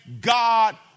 God